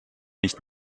nicht